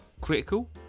critical